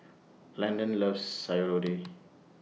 Landan loves Sayur